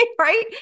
right